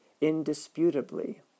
Indisputably